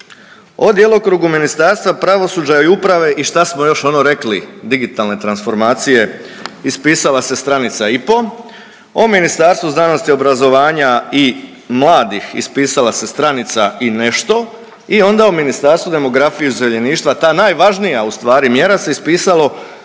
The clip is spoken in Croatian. o djelokrugu Ministarstva pravosuđa i uprave i šta smo još ono rekli digitalne transformacije ispisala se stranica i po, o Ministarstvu znanosti, obrazovanja i mladih ispisala se stranica i nešto i onda o Ministarstvu demografije i useljeništva ta najvažnija ustvari mjera se ispisalo